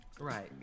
Right